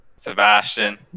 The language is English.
Sebastian